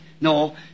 No